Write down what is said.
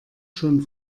schon